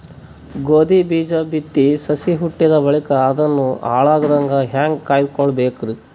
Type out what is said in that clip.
ಗೋಧಿ ಬೀಜ ಬಿತ್ತಿ ಸಸಿ ಹುಟ್ಟಿದ ಬಳಿಕ ಅದನ್ನು ಹಾಳಾಗದಂಗ ಹೇಂಗ ಕಾಯ್ದುಕೊಳಬೇಕು?